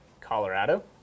Colorado